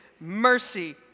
mercy